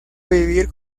vivir